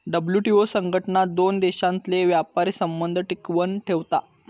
WTO संघटना दोन देशांतले व्यापारी संबंध टिकवन ठेवता